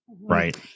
right